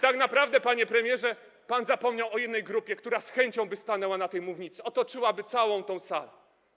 Tak naprawdę, panie premierze, pan zapomniał o jednej grupie, która z chęcią stanęłaby na tej mównicy, otoczyłaby całą tę salę.